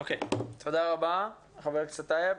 תודה רבה חבר הכנסת טייב.